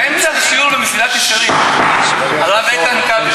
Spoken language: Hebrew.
באמצע השיעור ב"מסילת ישרים", הרב איתן כבל.